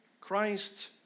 Christ